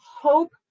hope